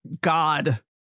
God